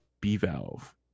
B-Valve